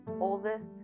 oldest